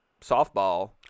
softball